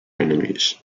enemies